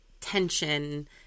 tension